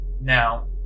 Now